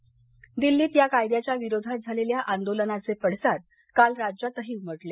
दरम्यान दिल्लीत या कायद्याच्या विरोधात झालेल्या आंदोलनाचे पडसाद काल राज्यातही उमटले